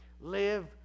Live